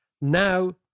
Now